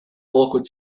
awkward